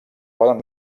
poden